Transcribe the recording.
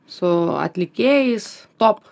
su atlikėjais top